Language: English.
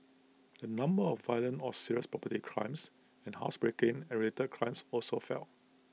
the number of violent or serious property crimes and housebreaking related crimes also fell